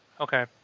okay